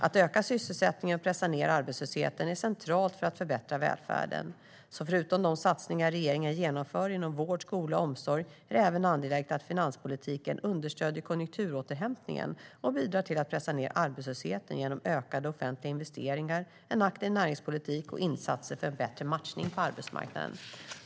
Att öka sysselsättningen och pressa ned arbetslösheten är centralt för att förbättra välfärden. Så förutom de satsningar regeringen genomför inom vård, skola och omsorg är det även angeläget att finanspolitiken understöder konjunkturåterhämtningen och bidrar till att pressa ned arbetslösheten genom ökade offentliga investeringar, en aktiv näringspolitik och insatser för en bättre matchning på arbetsmarknaden.